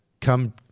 come